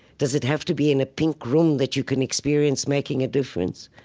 does it have to be in a pink room that you can experience making a difference?